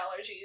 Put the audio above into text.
allergies